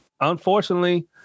Unfortunately –